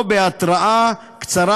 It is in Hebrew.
או בהתראה קצרה,